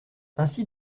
ainsi